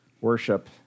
worship